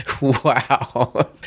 wow